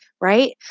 right